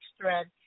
thread